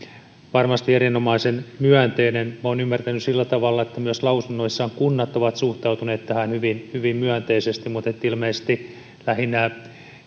varmasti erinomaisen myönteinen minä olen ymmärtänyt sillä tavalla että myös kunnat ovat lausunnoissaan suhtautuneet tähän hyvin hyvin myönteisesti mutta ilmeisesti